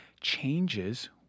changes